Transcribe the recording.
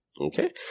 Okay